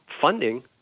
funding